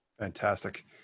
Fantastic